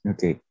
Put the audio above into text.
Okay